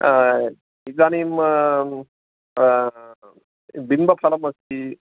इदानीं बिम्बफलमस्ति